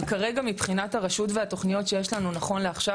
אבל כרגע מבחינת הרשות והתוכניות שיש לנו נכון לעכשיו,